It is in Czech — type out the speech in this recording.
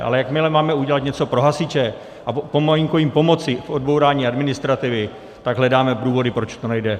Ale jakmile máme udělat něco pro hasiče a pomalinku jim pomoci k odbourání administrativy, tak hledáme důvody, proč to nejde.